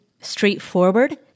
straightforward